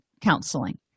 counseling